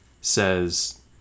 says